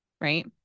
Right